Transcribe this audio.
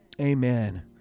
Amen